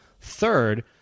Third